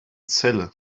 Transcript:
celle